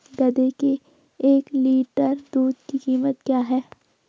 गधे के एक लीटर दूध की कीमत क्या है?